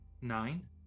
Nine